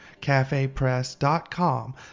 CafePress.com